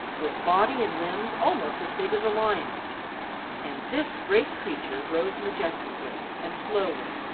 with body and limbs almost as big as a lion's and this great creature rose majestically and slowly,